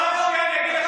פעם שנייה,